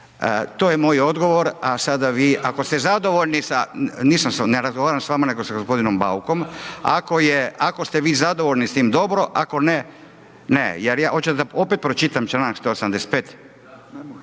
To je moj odgovor a sada vi ako ste zadovoljni sa, ne razgovaram s vama nego s gospodinom Baukom … .../Upadica se ne čuje./... Ako je, ako ste vi zadovoljni s tim dobro, ako ne, ne. Jer ja, hoćete da opet pročitam članak 185.?